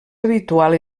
habitual